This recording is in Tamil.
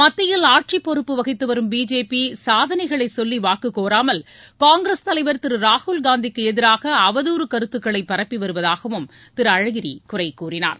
மத்தியில் ஆட்சிப் பொறுப்பு வகித்து வரும் பிஜேபி சாதனைகளை சொல்லி வாக்கு கோராமல் காங்கிரஸ் தலைவர் திரு ராகுல்காந்திக்கு எதிராக அவதூறு கருத்துக்களை பரப்பி வருவதாகவும் திரு அழகிரி குறை கூறினார்